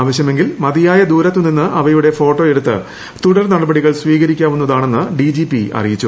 ആവശ്യമെങ്കിൽ മതിയായ ദൂരത്തുനിന്ന് അവയുടെ ഫോട്ടോയെടുത്ത് തുടർ നടപടികൾ സ്വീകരിക്കാവുന്നതാണെന്ന് ഡിജിപി അറിയിച്ചു